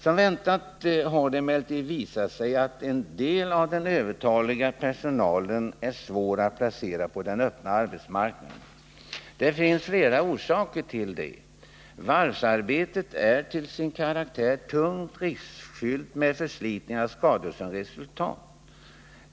Som väntat har det emellertid visat sig att en del av den övertaliga personalen är svår att placera på den öppna arbetsmarknaden. Det finns flera orsaker till det. Varvsarbetet är till sin karaktär tungt och riskfyllt med förslitningar och skador som resultat.